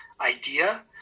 idea